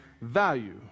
value